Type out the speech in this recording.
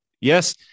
Yes